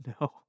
no